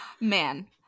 Man